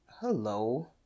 Hello